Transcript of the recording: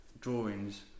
drawings